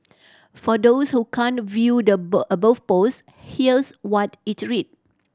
for those who can't view the above post here's what it read